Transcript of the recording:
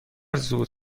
زود